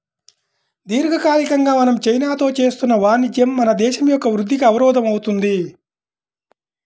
దీర్ఘకాలికంగా మనం చైనాతో చేస్తున్న వాణిజ్యం మన దేశం యొక్క వృద్ధికి అవరోధం అవుతుంది